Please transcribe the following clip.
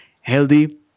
healthy